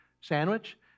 sandwich